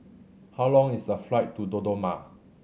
how long is the flight to Dodoma